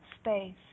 space